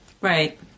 Right